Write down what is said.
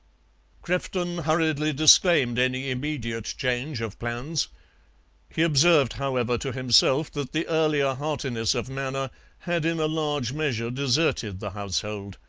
crefton hurriedly disclaimed any immediate change of plans he observed, however, to himself that the earlier heartiness of manner had in a large measure deserted the household.